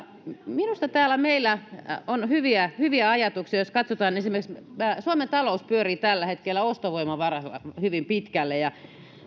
minusta täällä meillä on hyviä hyviä ajatuksia jos katsotaan esimerkiksi suomen talous pyörii tällä hetkellä ostovoiman varassa hyvin pitkälle ja